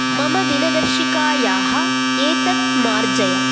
मम दिनदर्शिकायाः एतत् मार्जय